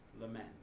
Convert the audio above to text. Lament